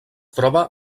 troba